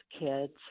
kids